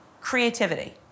creativity